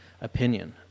opinion